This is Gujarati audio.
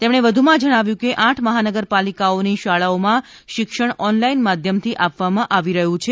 તેમણે વધુમાં જણાવ્યું હતું કે આઠ મહાનગર પાલિકાઓની શાળાઓમાં શિક્ષણ ઓનલાઈન માધ્યમથી આપવામાં આવી રહ્યું છે